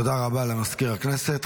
תודה רבה למזכיר הכנסת.